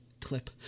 clip